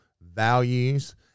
values